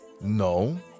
No